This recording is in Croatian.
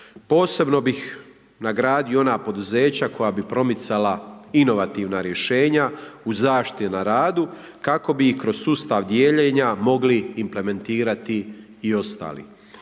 Posebno bih nagradio ona poduzeća koja bi promicala inovativna rješenja u zaštiti na radu kako bi kroz sustav dijeljenja mogli implementirati i ostali.